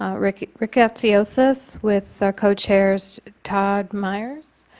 um like rickettsiosis with the co-chairs, todd myers,